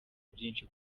byinshi